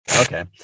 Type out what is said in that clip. Okay